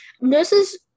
nurses